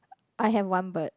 I have one bird